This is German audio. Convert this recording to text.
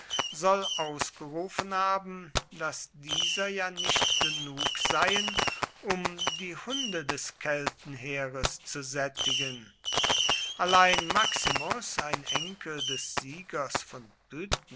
soll ausgerufen haben daß dieser ja nicht genug seien um die hunde des keltenheeres zu sättigen allein maximus ein enkel des siegers von